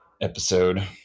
episode